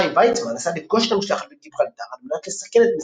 חיים ויצמן נסע לפגוש את המשלחת בגיברלטר על מנת לסכל את משימתה,